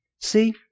See